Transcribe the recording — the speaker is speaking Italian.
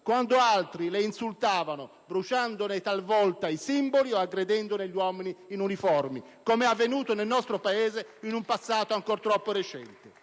quando altri le insultavano, bruciandone talvolta i simboli o aggredendone gli uomini in uniforme, come è avvenuto nel nostro Paese in un passato ancora troppo recente.